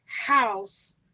house